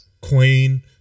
Queen